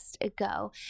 ago